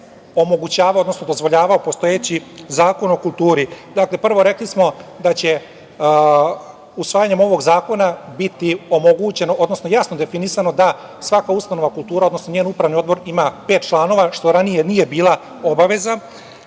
je omogućavao, odnosno dozvoljavao postojeći Zakon o kulturi. Dakle, prvo, rekli smo da će usvajanjem ovog zakona biti omogućeno, odnosno jasno definisano da svaka ustanova kulture, odnosno njen upravni odbor ima pet članova, što ranije nije bila obaveza.